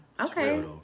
Okay